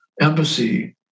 embassy